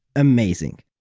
amazing.